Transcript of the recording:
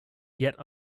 yet